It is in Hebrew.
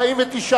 שם החוק נתקבל.